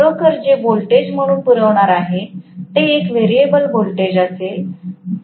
आणि मी खरोखर जे व्होल्टेज म्हणून पुरवणार आहे ते एक व्हेरिएबल व्होल्टेज असेल